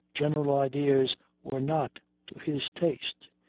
general ideas were not to his taste.